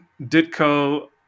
Ditko –